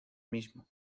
mismo